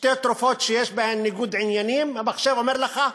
שתי תרופות שיש בהן ניגוד עניינים, המחשב אומר לך,